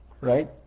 Right